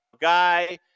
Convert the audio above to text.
guy